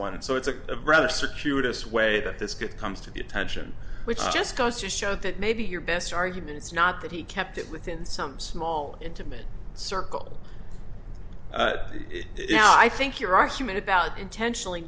and so it's a rather circuitous way that this good comes to the attention which just goes to show that maybe your best argument it's not that he kept it within some small intimate circle now i think your argument about intentionally